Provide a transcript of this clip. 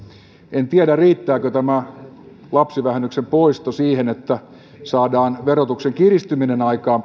en tiedä riittääkö tämä lapsivähennyksen poisto siihen että saadaan peräti verotuksen kiristyminen aikaan